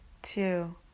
two